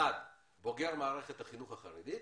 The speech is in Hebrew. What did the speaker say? אחד, בוגר מערכת החינוך החרדי,